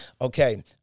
Okay